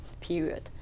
period